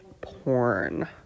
porn